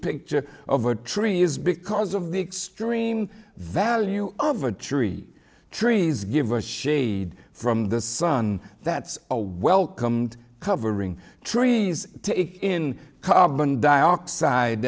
picture of a tree is because of the extreme value of a tree trees give a shade from the sun that's a welcomed covering trees in carbon dioxide